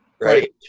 Right